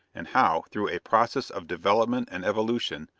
and how, through a process of development and evolution,